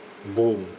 boom